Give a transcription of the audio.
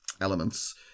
elements